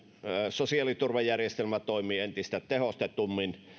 sosiaaliturvajärjestelmä toimii entistä tehostetummin